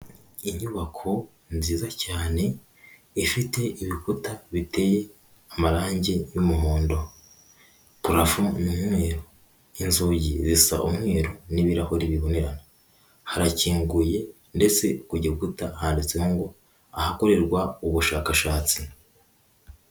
Inyubako nziza cyane, ifite ibikuta biteye amarangi y'umuhondo, parafu ni umweru, inzugi zisa umweru n'ibirahure bibonerana, harakinguye ndetse ku gikuta handitseho ngo ahakorerwa ubushakashatsi.